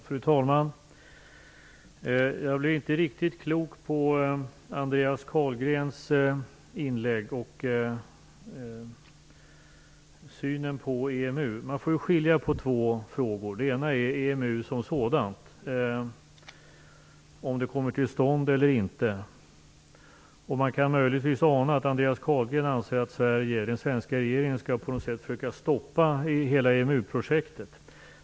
Fru talman! Jag blev inte riktigt klok på Andreas Carlgrens inlägg och hans syn på EMU. Man får ju skilja på två frågor. Den ena är EMU som sådan, om den kommer till stånd eller inte. Man kan möjligtvis ana att Andreas Carlgren anser att den svenska regeringen på något sätt skall försöka stoppa hela EMU-projektet.